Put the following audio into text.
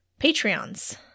Patreons